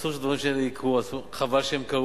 אסור שהדברים האלה יקרו, חבל שהם קרו,